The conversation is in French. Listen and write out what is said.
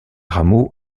rameaux